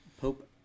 Pope